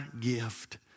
gift